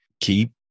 keep